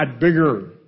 bigger